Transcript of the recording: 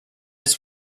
its